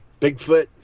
Bigfoot